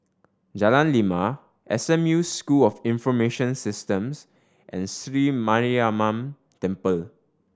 Jalan Lima S M U School of Information Systems and Sri Mariamman Temple